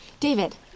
David